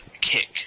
Kick